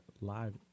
live